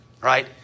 right